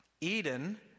Eden